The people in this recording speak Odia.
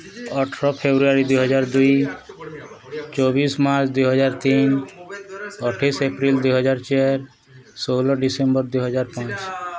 ଅଠର ଫେବୃଆରୀ ଦୁଇହଜାର ଦୁଇ ଚବିଶ ମାର୍ଚ୍ଚ୍ ଦୁଇହଜାର ତିନ ଅଠେଇଶ ଏପ୍ରିଲ୍ ଦୁଇହଜାର ଚାର ଷୋହଳ ଡିସେମ୍ବର୍ ଦୁଇହଜାର ପାଞ୍ଚ